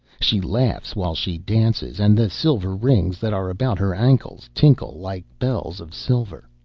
she laughs while she dances, and the silver rings that are about her ankles tinkle like bells of silver.